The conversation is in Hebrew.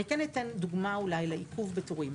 אני כן אתן דוגמה אולי לעיכוב בתורים.